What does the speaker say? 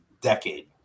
decade